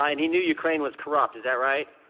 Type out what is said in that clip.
and he knew ukraine was corrupt, is that right?